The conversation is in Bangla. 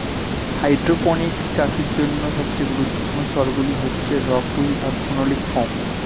হাইড্রোপনিক্স চাষের জন্য সবচেয়ে গুরুত্বপূর্ণ স্তরগুলি হচ্ছে রক্ উল আর ফেনোলিক ফোম